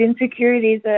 insecurities